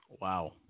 wow